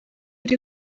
uri